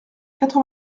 quatre